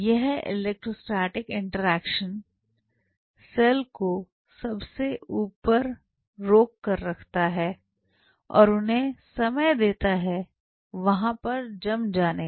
यह electrostatic interaction सेलको सबसे ऊपर रोक कर रखता है और उन्हें समय देता है वहां पर जम जाने का